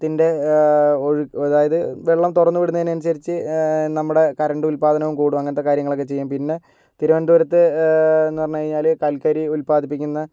ഇതിൻ്റെ ഒഴു അതായത് വെള്ളം തുറന്നുവിടുന്നതിന് അനുസരിച്ച് നമ്മുടെ കറന്റ് ഉത്പാദനവും കൂടും അങ്ങനത്തെ കാര്യങ്ങളൊക്കെ ചെയ്യും പിന്നെ തിരുവന്തപുരത്ത് എന്ന് പറഞ്ഞുകഴിഞ്ഞാൽ കൽക്കരി ഉത്പാദിപ്പിക്കുന്ന